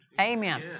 Amen